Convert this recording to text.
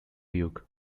duke